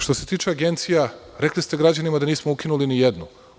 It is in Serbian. Što se tiče agencija, rekli ste građanima da nismo ukinuli ni jednu.